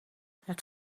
het